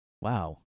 Wow